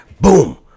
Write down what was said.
Boom